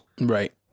Right